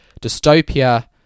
Dystopia